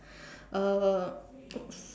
uh